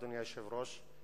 אדוני היושב-ראש,